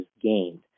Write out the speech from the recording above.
gained